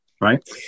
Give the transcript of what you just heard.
right